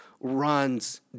runs